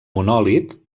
monòlit